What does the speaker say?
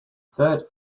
third